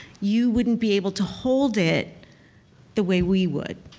you wouldn't be able to hold it the way we would.